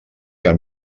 que